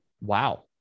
Wow